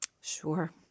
Sure